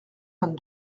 vingt